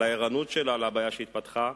לערנות שלה לבעיה שהתפתחה,